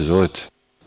Izvolite.